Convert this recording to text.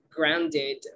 grounded